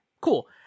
Cool